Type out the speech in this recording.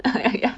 ya